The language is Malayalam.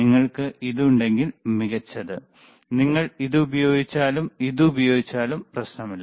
നിങ്ങൾക്ക് ഇത് ഉണ്ടെങ്കിൽ മികച്ചത് നിങ്ങൾ ഇത് ഉപയോഗിച്ചാലും ഇത് ഉപയോഗിച്ചാലും പ്രശ്നമില്ല